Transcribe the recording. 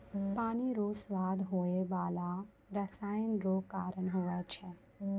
पानी रो स्वाद होय बाला रसायन रो कारण हुवै छै